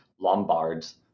Lombards